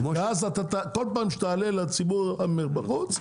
כל פעם שתיתן לציבור בחוץ,